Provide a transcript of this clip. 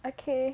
okay